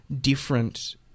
different